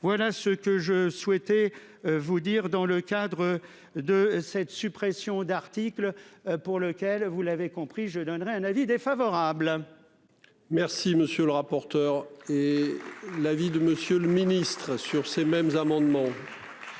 Voilà ce que je souhaitais vous dire dans le cadre de cette suppression d'articles pour lequel, vous l'avez compris, je donnerai un avis défavorable. Merci monsieur le rapporteur. Et. Et l'avis de Monsieur le Ministre sur ces mêmes amendements.